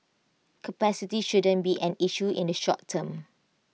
capacity shouldn't be an issue in the short term